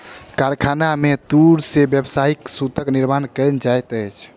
कारखाना में तूर से व्यावसायिक सूतक निर्माण कयल जाइत अछि